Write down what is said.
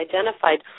identified